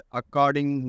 according